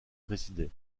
résidait